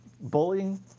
bullying